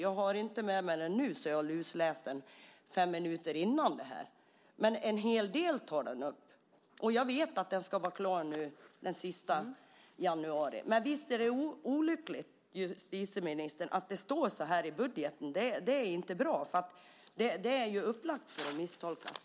Jag har dem inte med mig nu och har heller inte lusläst dem minuterna innan den här debatten, men det tas upp en hel del. Jag vet också att utredningen ska vara klar den sista januari. Men visst är det olyckligt, justitieministern, att det står som det står i budgeten? Det är inte bra, eftersom det är upplagt för att misstolkas.